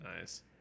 Nice